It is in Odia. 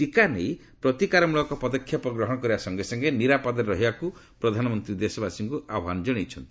ଟିକା ନେଇ ପ୍ରତିକାରମ୍ବଳକ ପଦକ୍ଷେପ ଗ୍ରହଣ କରିବା ସଙ୍ଗେ ସଙ୍ଗେ ନିରାପଦରେ ରହିବା ପାଇଁ ପ୍ରଧାନମନ୍ତ୍ରୀ ଦେଶବାସୀଙ୍କୁ ଆହ୍ୱାନ ଜଣାଇଛନ୍ତି